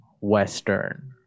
western